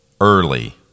early